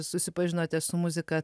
susipažinote su muzika